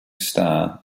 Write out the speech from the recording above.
star